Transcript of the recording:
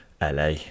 LA